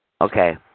Okay